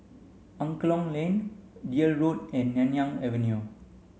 Angklong Lane Deal Road and Nanyang Avenue